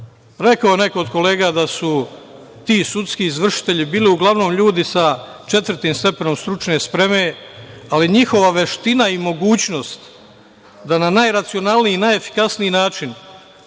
Rekao je neko od kolega da su ti sudski izvršitelji bili uglavnom ljudi sa četvrtim stepenom stručne spreme, ali njihova veština i mogućnost da na najracionalniji, najefikasniji način